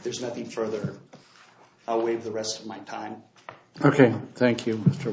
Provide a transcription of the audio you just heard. there's nothing further away the rest of my time ok thank you for